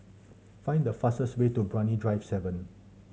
find the fastest way to Brani Drive Seven